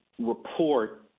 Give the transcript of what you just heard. report